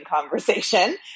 conversation